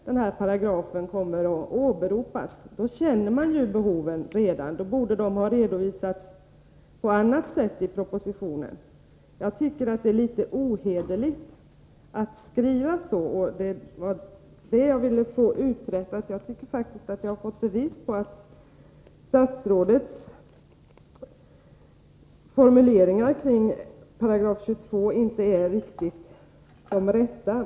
Då känner man ju redan till behoven, och då borde de ha redovisats på ett annat sätt i propositionen. Det är litet ohederligt att skriva på detta sätt, och det var det jag ville få utrett. Jag tycker att jag har fått bevis på att statsrådets formuleringar beträffande 22 § inte är riktiga.